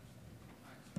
עד